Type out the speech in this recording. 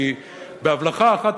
כי בהבלחה אחת,